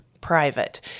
private